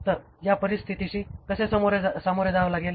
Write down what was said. तर या परिस्थितीशी कसे सामोरे जावे लागेल